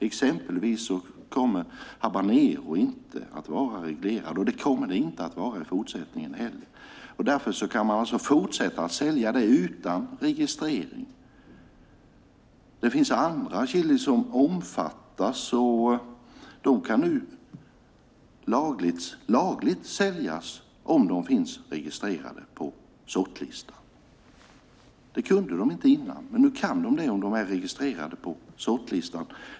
Exempelvis kommer Habanero inte att vara reglerad i fortsättningen heller. Därför kan man fortsätta att sälja den utan registrering. Det finns andra chilisorter som omfattas, och de kan nu säljas lagligt om de finns registrerade på sortlistan. Det kunde de inte tidigare, men nu kan de det om de är registrerade på sortlistan.